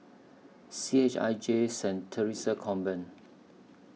C H I J Saint Theresa's Convent